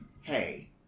hey